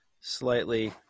slightly